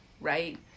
right